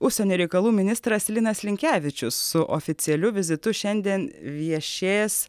užsienio reikalų ministras linas linkevičius su oficialiu vizitu šiandien viešės